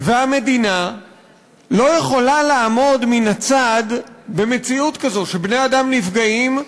והמדינה לא יכולה לעמוד מן הצד במציאות כזאת שבני-אדם נפגעים,